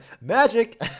Magic